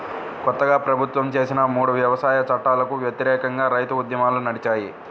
కొత్తగా ప్రభుత్వం చేసిన మూడు వ్యవసాయ చట్టాలకు వ్యతిరేకంగా రైతు ఉద్యమాలు నడిచాయి